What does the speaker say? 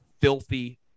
filthy